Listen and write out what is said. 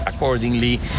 accordingly